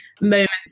moments